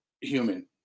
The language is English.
human